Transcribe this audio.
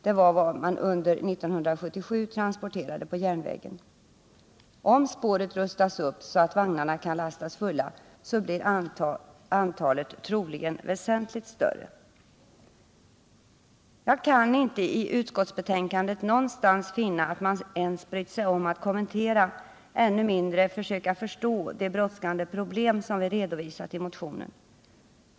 Det var vad man under 1977 transporterade på järnvägen. Om spåret rustas upp så att vagnarna kan lastas fulla, blir antalet troligen väsentligt större. Jag kan inte i utskottsbetänkandet någonstans finna att man ens brytt sig om att kommentera, ännu mindre försöka förstå, de brådskande problem som vi redovisat i motionen.